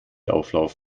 auflauf